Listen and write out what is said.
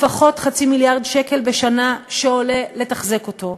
לפחות חצי מיליארד שקל בשנה שעולה לתחזק אותו.